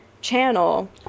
channel